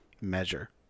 measure